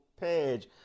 page